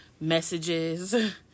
messages